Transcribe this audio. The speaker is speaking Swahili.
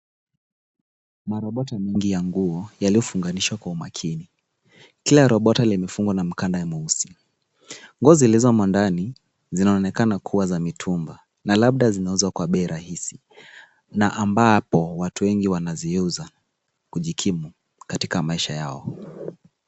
Marobota mingi ya nguo yaliyofunganishwa kwa umakini. Kila robota limefungwa kwa mkanda mweusi. Nguo zilizomo ndani, zinaonekana kuwa za mitumba na labda zinauzwa kwa bei rahisi na ambapo watu wengi wanaziuza kujikimu katika maisha yao.